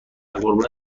قربون